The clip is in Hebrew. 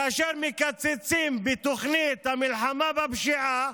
כאשר מקצצים בתוכנית המלחמה בפשיעה,